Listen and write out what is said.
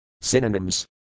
Synonyms